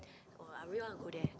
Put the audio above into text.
oh I really want to go there